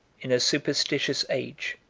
in a superstitious age,